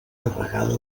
carregada